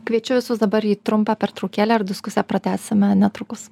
kviečiu visus dabar jį trumpą pertraukėlę ir diskusiją pratęsime netrukus